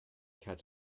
catch